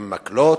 עם מקלות,